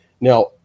now